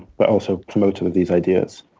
but also promoter of these ideas.